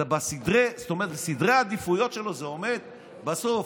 בסדרי העדיפויות שלו זה עומד בסוף.